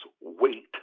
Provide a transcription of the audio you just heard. wait